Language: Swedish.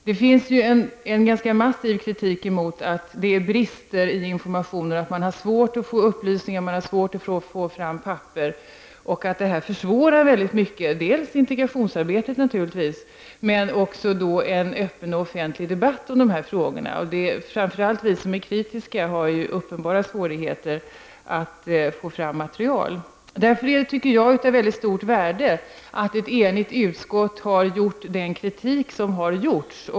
Det riktas ju en ganska massiv kritik mot att det brister i informationen, att man har svårt att få upplysningar och att man har svårt att få fram papper. Detta försvårar naturligtvis integrationsarbetet, men det försvårar också en öppen och offentlig debatt om de här frågorna. Framför allt vi som är kritiska har ju uppenbara svårigheter att få fram material. Därför är det av väldigt stort värde, tycker jag, att ett enigt utskott har framfört denna kritik.